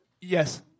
Yes